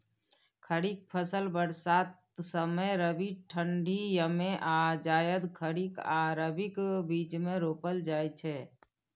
खरीफ फसल बरसात समय, रबी ठंढी यमे आ जाएद खरीफ आ रबीक बीचमे रोपल जाइ छै